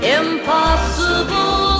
impossible